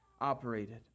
operated